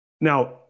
Now